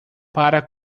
para